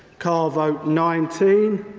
card vote nineteen,